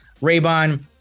raybon